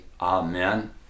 amen